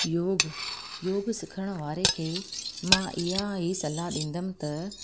योग योग सिखण वारे खे मां इहा ई सलाह ॾींदमि त